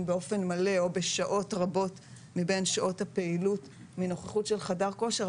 באופן מלא או בשעות רבות מבין שעות הפעילות מנוכחות של מדריך כושר,